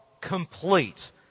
complete